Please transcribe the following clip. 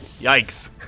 Yikes